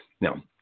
Now